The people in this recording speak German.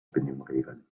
benimmregeln